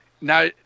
now